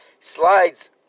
Slides